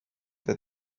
that